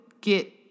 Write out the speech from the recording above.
get